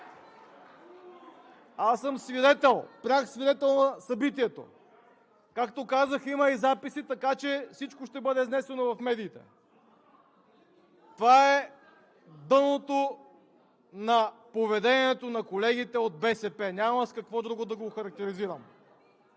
(Шум, реплики, викове: „Ууу!“) Както казах, има и записи, така че всичко ще бъде изнесено в медиите. Това е дъното на поведението на колегите от БСП, няма с какво друго да го охарактеризирам!